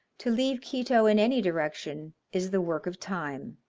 to leave quito in any direction is the work of time.